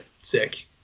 sick